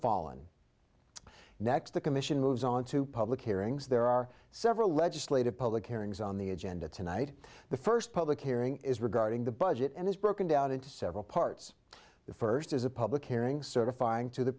fallen next the commission moves on to public hearings there are several legislative public hearings on the agenda tonight the first public hearing is regarding the budget and it's broken down into several parts the first is a public hearing certifying to the